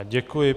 Děkuji.